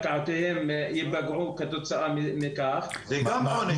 שקרקעותיהם ייפגעו כתוצאה מכך --- זה גם עונש,